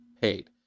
paid